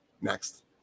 Next